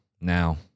now